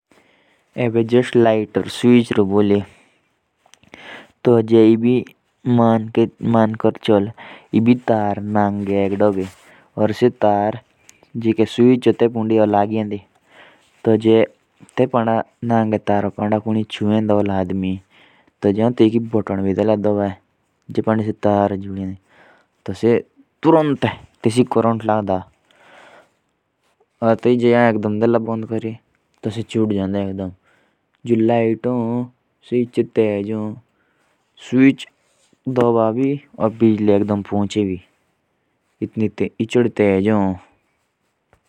जुस लैत सुविच रो बोली तो जुस तेरको तार नांगी होन कोई दी और से तार तेयिके सुविच पांडी होन जोड़ियेन्दी जो तेयिके नांगी तारा पांडा कोई आदमी छुयिये दा होला और हैओं सुविच ओं देंदा कोरी तो तुरंत तेसिक कोरॉण्ट लाग्दा। और जे हैओं बांद देंदा कोरी तो से छुट जांदा एक दम।